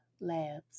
Labs